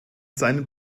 seinen